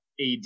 AD